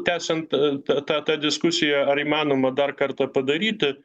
tęsiant tą tą diskusiją ar įmanoma dar kartą padaryti